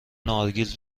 نارگیل